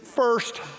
First